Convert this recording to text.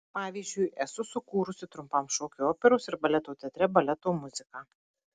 pavyzdžiui esu sukūrusi trumpam šokiui operos ir baleto teatre baleto muziką